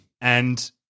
And-